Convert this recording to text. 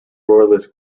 royalist